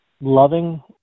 loving